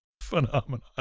phenomenon